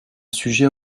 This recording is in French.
sujet